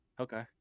Okay